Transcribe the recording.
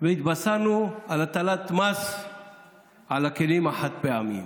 התבשרנו על הטלת מס על הכלים החד-פעמיים.